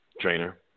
trainer